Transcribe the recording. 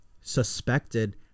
suspected